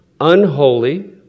unholy